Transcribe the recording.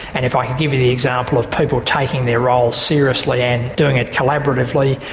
and if i could give you the example of people taking their role seriously and doing it collaboratively,